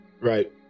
Right